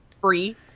free